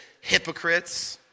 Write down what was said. hypocrites